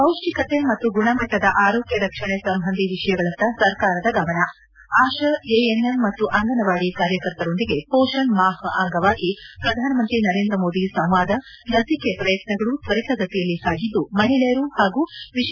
ಪೌಷ್ಷಿಕತೆ ಮತ್ತು ಗುಣಮಟ್ಲದ ಆರೋಗ್ನ ರಕ್ಷಣೆ ಸಂಬಂಧಿ ವಿಷಯಗಳತ್ತ ಸರ್ಕಾರದ ಗಮನ ಆಶಾ ಎಎನ್ಎಂ ಮತ್ತು ಅಂಗನವಾಡಿ ಕಾರ್ಯಕರ್ತರೊಂದಿಗೆ ಮೋಷಣ್ ಮಾಹ್ ಅಂಗವಾಗಿ ಪ್ರಧಾನಮಂತ್ರಿ ನರೇಂದ್ರ ಮೋದಿ ಸಂವಾದ ಲಸಿಕೆ ಪ್ರಯತ್ನಗಳು ತ್ವರಿತಗತಿಯಲ್ಲಿ ಸಾಗಿದ್ದು ಮಹಿಳೆಯರು ಹಾಗೂ ವಿಶೇಷವಾಗಿ ಮಕ್ಕಳಿಗೆ ಇದರಿಂದ ನೆರವು ಎಂದು ಹೇಳಕ